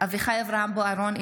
אביחי אברהם בוארון,